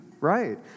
right